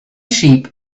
sheep